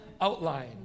outline